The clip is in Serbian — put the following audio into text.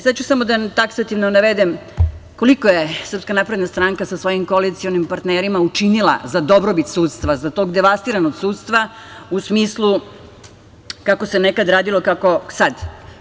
Sada ću samo taksativno da navedem koliko je SNS sa svojim koalicionim partnerima učinili za dobrobit sudstva, za tog devastiranog sudstva u smislu kako se nekad radilo, a kako sad.